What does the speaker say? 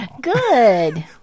Good